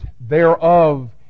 thereof